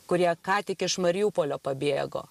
kurie ką tik iš mariupolio pabėgo